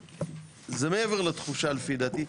זה מעבר לתחושה לפי דעתי.